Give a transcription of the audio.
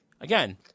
again